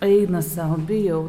eina sau bijau